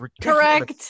Correct